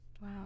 Wow